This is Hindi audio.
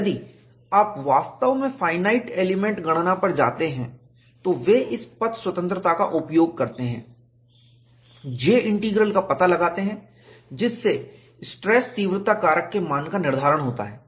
यदि आप वास्तव में फाइनाइट एलिमेंट गणना पर जाते हैं तो वे इस पथ स्वतंत्रता का उपयोग करते हैं J इंटीग्रल का पता लगाते हैं जिससे स्ट्रेस तीव्रता कारक के मान का निर्धारण होता है